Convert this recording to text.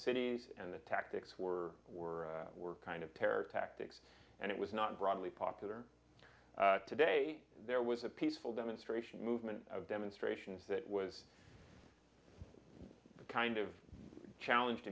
cities and the tactics were were were kind of terror tactics and it was not broadly popular today there was a peaceful demonstration movement of demonstrations that was the kind of challenge